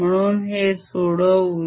म्हणून हे सोडवूया